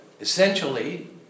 essentially